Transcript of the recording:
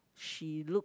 she look